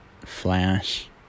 Flash